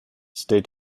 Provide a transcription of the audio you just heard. stay